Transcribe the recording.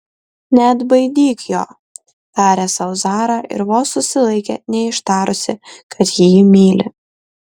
neatbaidyk jo tarė sau zara ir vos susilaikė neištarusi kad jį myli